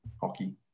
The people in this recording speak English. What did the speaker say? hockey